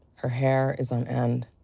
her hair is on end.